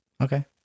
Okay